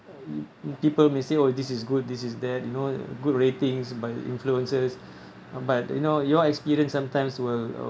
people may say oh this is good this is that you know good ratings by influencers but you know your experience sometimes will